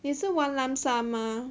你是 one lump sum 吗